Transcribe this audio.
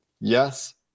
Yes